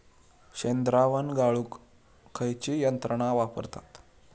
शेणद्रावण गाळूक खयची यंत्रणा वापरतत?